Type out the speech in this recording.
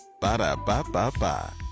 Ba-da-ba-ba-ba